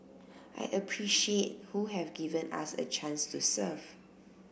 I appreciate who have given us a chance to serve